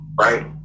right